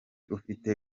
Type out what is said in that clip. ufite